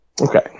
Okay